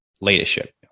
leadership